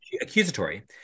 Accusatory